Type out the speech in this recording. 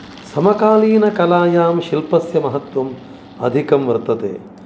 समकालीनकलायां शिल्पस्य महत्त्वम् अधिकं वर्तते